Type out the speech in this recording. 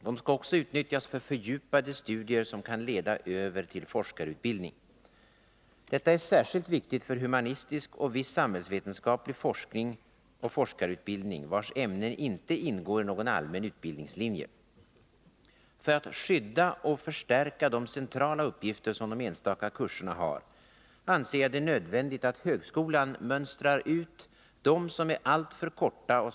De skall också utnyttjas för Torsdagen den fördjupade studier som kan leda över till forskarutbildning. Detta är särskilt 11 december 1980 viktigt för humanistisk och viss samhällsvetenskaplig forskning och forskarutbildning vars ämnen inte ingår i någon allmän utbildningslinje. För att Besparingar i skydda och förstärka de centrala uppgifter som de enstaka kurserna har anser statsverksamheten, jag det nödvändigt att högskolan mönstrar ut dem som är alltför korta och. m.